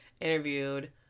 Interviewed